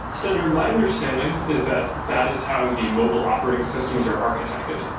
senator, my understanding is that that is how the mobile operating systems are architected.